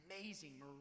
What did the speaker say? amazing